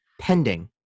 pending